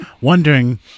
wondering